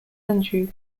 anjou